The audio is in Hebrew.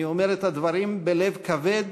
אני אומר את הדברים בלב כבד,